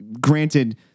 granted